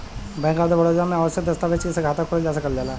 bank of Baroda में आवश्यक दस्तावेज से खाता खोलल जा सकला